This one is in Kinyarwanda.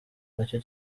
nacyo